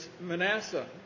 Manasseh